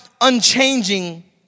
unchanging